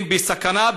הם בסכנה,